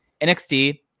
NXT